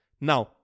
Now